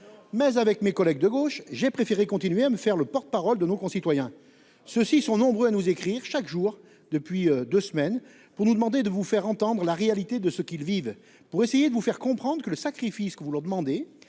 Mais avec mes collègues de gauche j'ai préféré continuer à me faire le porte-, parole de nos concitoyens. Ceux-ci sont nombreux à nous écrire chaque jour depuis 2 semaines pour nous demander de vous faire entendre la réalité de ce qu'ils vivent pour essayer de vous faire comprendre que le sacrifice que vous leur demandez